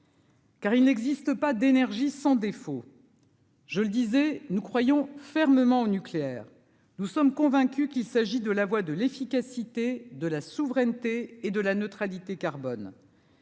Car il n'existe pas d'énergie sans défaut. Je le disais, nous croyons fermement au nucléaire, nous sommes convaincus qu'il s'agit de la voix de l'efficacité de la souveraineté et de la neutralité carbone.